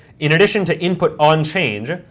in addition to input onchange,